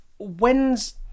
When's